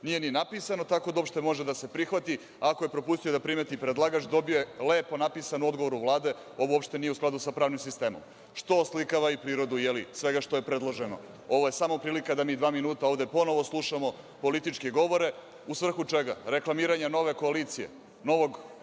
Nije ni napisano tako da uopšte može da se prihvati. Ako je propustio da primeti, predlagač je dobio lepo napisan odgovor Vlade, ovo uopšte nije u skladu sa pravnim sistemom, što oslikava i prirodu svega što je predloženo. Ovo je samo prilika da mi dva minuta ovde ponovo slušamo političke govore, u svrhu čega? Reklamiranja nove koalicije, novog